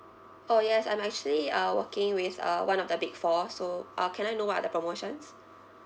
orh yes I'm actually uh working with uh one of the big fours so uh can I know what are the promotions